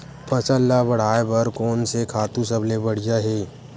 फसल ला बढ़ाए बर कोन से खातु सबले बढ़िया हे?